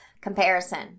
Comparison